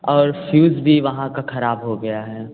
और फ्यूज़ भी वहाँ का ख़राब हो गया है